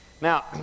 Now